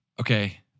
Okay